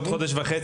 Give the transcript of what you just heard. עוד חודש?